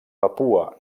papua